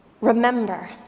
remember